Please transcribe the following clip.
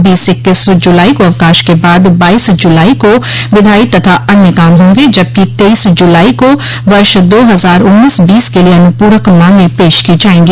बीस इक्कीस जुलाई को अवकाश के बाद बाईस जुलाई को विधायी तथा अन्य काम होंगे जबकि तेईस जुलाई को वर्ष दो हजार उन्नीस बीस के लिये अनपूरक मांगे पेश की जायेंगी